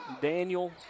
Daniel